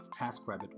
TaskRabbit